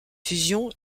fusion